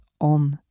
on